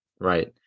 right